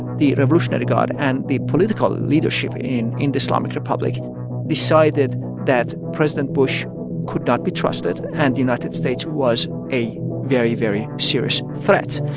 the revolutionary guard and the political leadership in in the islamic republic decided that president bush could not be trusted, and the united states was a very, very serious threat.